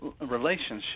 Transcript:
relationship